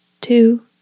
two